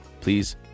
please